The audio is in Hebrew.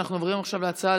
נעבור להצעות